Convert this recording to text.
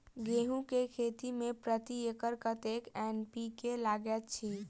गेंहूँ केँ खेती मे प्रति एकड़ कतेक एन.पी.के लागैत अछि?